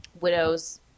Widows